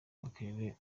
makerere